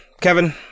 Kevin